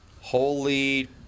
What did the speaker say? holy